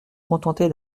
contentait